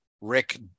Rick